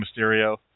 Mysterio